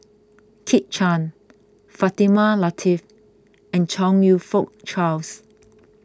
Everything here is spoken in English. Kit Chan Fatimah Lateef and Chong You Fook Charles